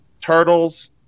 turtles